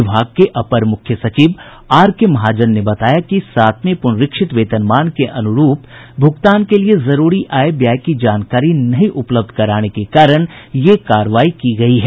विभाग के अपर मुख्य सचिव आरके महाजन ने बताया कि सातवें पुनरीक्षित वेतनमान के अनुरूप भुगतान के लिए जरूरी आय व्यय की जानकारी नहीं उपलब्ध कराने के कारण यह कार्रवाई की गयी है